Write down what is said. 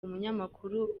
umunyamakuru